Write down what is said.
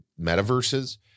metaverses